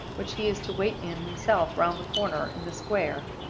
which he is to wait in himself, round the corner, in the square.